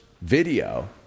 video